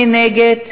מי נגד?